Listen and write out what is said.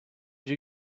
you